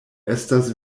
estas